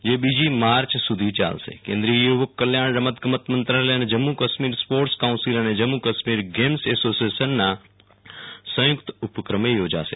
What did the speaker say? જે બીજી માર્ય સુ ધી યાલેશે કેન્દ્રીય યુ વક કલ્યાણ રમત ગમત મંત્રાલય અને જમ્મુ કાશ્મીર સ્પોર્ટસ કાઉન્સીલ અને જેમ્મુ કાશ્મીર ગેમ્સ એશોસીએશનના સંયુક્ત ઉપક્રમે યોજશો